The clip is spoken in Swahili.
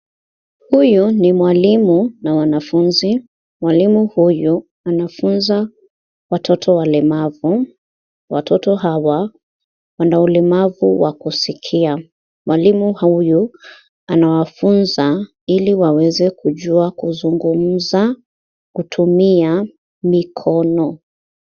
Huyu ni mwalimu na wanafunzi. Mwalimu huyu anafunza watoto walemavu. Watoto hawa wana ulemavu wa kusikia. Mwalimu huyu anawafunza ili waweze kujua kuzungumza kutumia mikono.